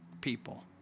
people